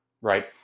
right